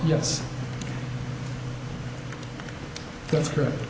yes that's correct